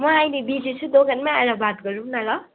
म अहिले बिजी छु दोकानमै आएर बात गरौँ न ल